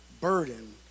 burden